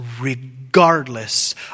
regardless